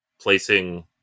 placing